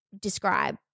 describe